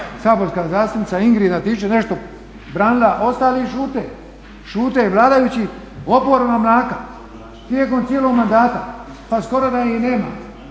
saborska zastupnica Ingrid Antičević branila, ostali šute i vladajući, oporba mlaka tijekom cijelog mandata pa skoro da ih i nema.